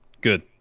Good